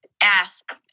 ask